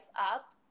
up